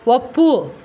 ಒಪ್ಪು